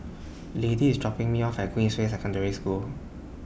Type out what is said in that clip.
Lady IS dropping Me off At Queensway Secondary School